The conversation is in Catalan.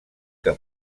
que